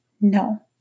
No